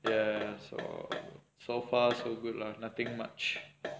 ya so so far so good lah nothing much